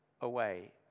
away